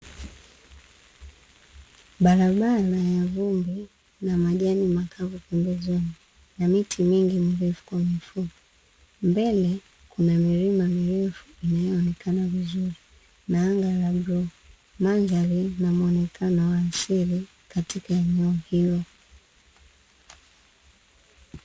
Barabara ya vumbi na majani makavu pembezoni, na miti mingi mirefu kwa mifupi. Mbele kuna milima mirefu inayoonekana vizuri na anga la bluu mandhari na muonekano wa asili, katka eneo hilo.